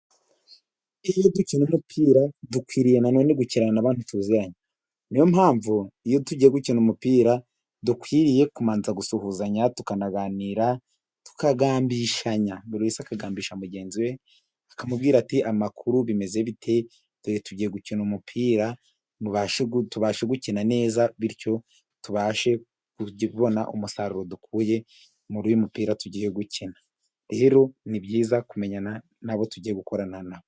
Iyo dukina umupira dukwiriye nanone gukina n'abandi tuziranye. Niyo mpamvu, iyo tujya gukina umupira dukwiriye kubanza gusuhuzanya, tukanaganira, tukagambishanya. Buri wese akagambisha mugenzi we akamubwira ati "amakuru, bimeze bite, dore tugiye gukina umupira tubashe gukina neza bityo tubashe kubona umusaruro dukuye mu y'umupira tugiye gukina", rero ni byiza kumenyana nabo tugiye gukorana nabo.